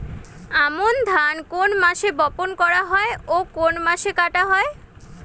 আমন ধান কোন মাসে বপন করা হয় ও কোন মাসে কাটা হয়?